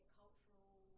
cultural